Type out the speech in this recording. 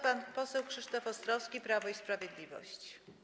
Pan poseł Krzysztof Ostrowski, Prawo i Sprawiedliwość.